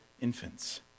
infants